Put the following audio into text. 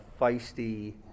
feisty